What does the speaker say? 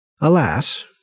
Alas